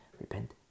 repent